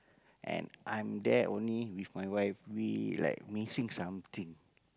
and I'm there only with my wife we like missing something